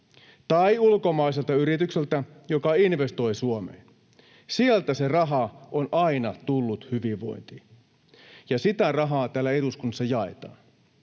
tai ulkomaiselta yritykseltä, joka investoi Suomeen. Sieltä se raha on aina tullut hyvinvointiin, ja sitä rahaa täällä eduskunnassa jaetaan.